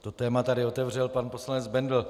To téma tady otevřel pan poslanec Bendl.